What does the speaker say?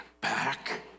back